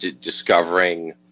discovering